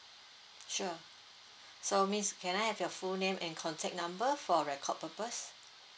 sure so miss can I have your full name and contact number for record purpose